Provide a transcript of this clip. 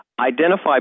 Identify